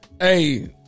Hey